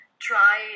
try